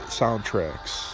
soundtracks